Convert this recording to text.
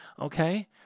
Okay